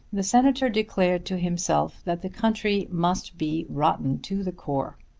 the senator declared to himself that the country must be rotten to the core.